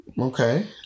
Okay